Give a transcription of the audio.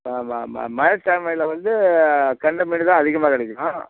மழை டைமில்வந்து கெண்டை மீன்தான் அதிகமாக கிடைக்கும்